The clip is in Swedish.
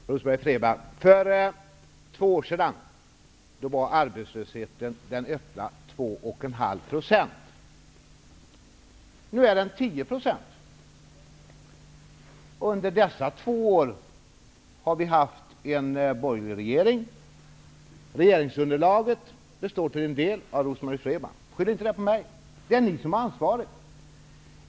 Herr talman! Rose-Marie Frebran, för två år sedan var den öppna arbetslösheten 2,5 %. Nu är den 10 %. Under dessa två år har vi haft en borgerlig regering. Regeringsunderlaget består till en del av Rose-Marie Frebran. Skyll inte på mig! Det är ni som har ansvaret.